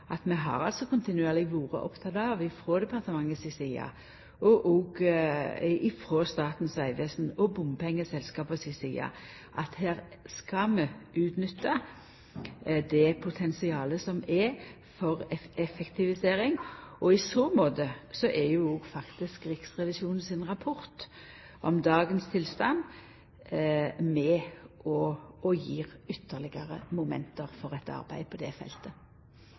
at vi kontinuerleg har vore opptekne av, frå departementet si side og òg frå Statens vegvesen og bompengeselskapa si side, at her skal vi utnytta det potensialet som er for effektivisering. I så måte er jo òg faktisk Riksrevisjonen sin rapport om dagens tilstand med på å gje ytterlegare moment for eit arbeid på det feltet.